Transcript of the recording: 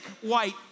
white